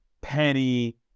Penny